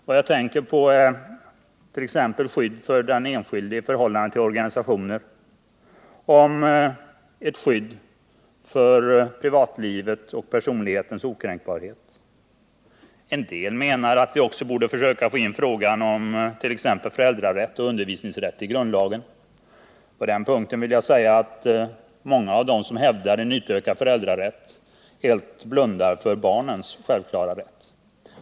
Vad jag tänker på är t.ex. skyddet för den enskilde i förhållande till organisationer, skydd för privatlivet och personlighetens okränkbarhet. En del menar att vi också borde försöka få in t.ex. frågan om föräldrarätt och utbildningsrätt i grundlagen. På den punkten vill jag säga att många av dem som hävdar utökad föräldrarätt helt blundar för barnens självklara rätt.